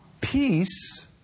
Peace